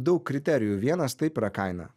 daug kriterijų vienas taip yra kaina